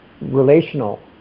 relational